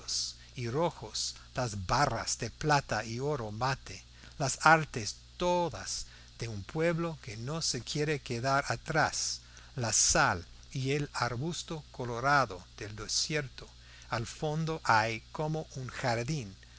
y rojos las barras de plata y oro mate las artes todas de un pueblo que no se quiere quedar atrás la sal y el arbusto colorado del desierto al fondo hay como un jardín